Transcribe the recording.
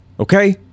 Okay